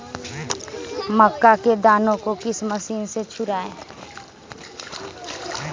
मक्का के दानो को किस मशीन से छुड़ाए?